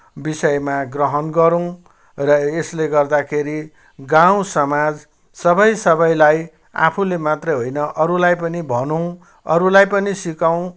विषयमा ग्रहण गरौँ र यसले गर्दाखेरि गाउँ समाज सबै सबैलाई आफूले मात्रै होइन अरूलाई पनि भनौँ अरूलाई पनि सिकाउँ